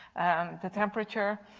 the temperature.